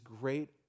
great